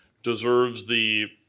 deserves the